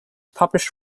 published